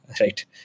Right